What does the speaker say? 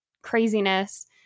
craziness